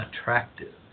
Attractive